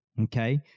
Okay